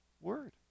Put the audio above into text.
word